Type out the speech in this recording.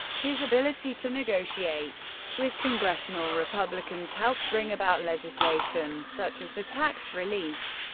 his ability to negotiate with congressional republicans helped bring about legislation such as the tax relief,